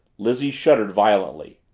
lizzie shuddered violently.